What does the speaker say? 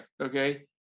okay